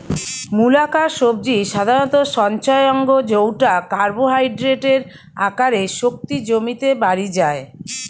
মূলাকার সবজি সাধারণত সঞ্চয় অঙ্গ জউটা কার্বোহাইড্রেটের আকারে শক্তি জমিতে বাড়ি যায়